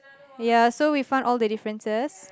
ya so we found all the differences